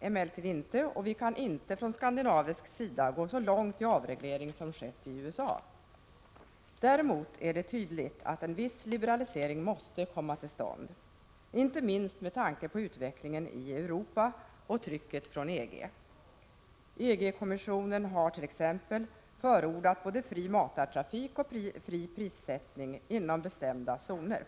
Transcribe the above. emellertid inte, och vi kan inte från skandinavisk sida gå så långt i avreglering som skett i USA. Däremot är det tydligt att en viss liberalisering måste komma till stånd, inte minst med tanke på utvecklingen i Europa och trycket från EG. EG-kommissionen har t.ex. förordat både fri matartrafik och fri prissättning inom bestämda zoner.